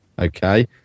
Okay